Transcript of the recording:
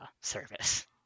service